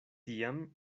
tiam